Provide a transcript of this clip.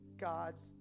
God's